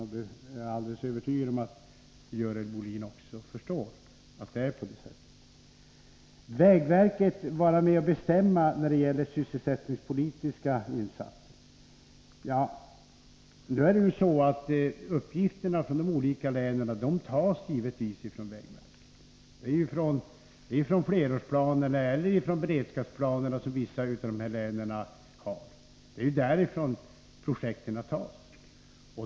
Det är jag alldeles övertygad om att Görel Bohlin förstår. Vägverket borde få vara med och bestämma när det gäller sysselsättningspolitiska insatser, säger Görel Bohlin. Det är ju så att uppgifterna från de olika länen givetvis tas från vägverket. Projekten hämtas ju från flerårsplanen eller från de beredskapsplaner som finns i vissa län.